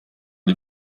die